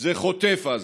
זה חוטף עזה.